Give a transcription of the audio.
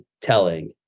telling